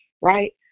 right